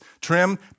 trim